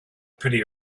pretty